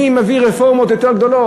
מי מביא רפורמות יותר גדולות.